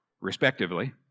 respectively